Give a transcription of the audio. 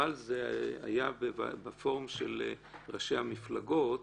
אבל זה היה בפורום של ראשי המפלגות,